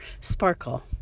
sparkle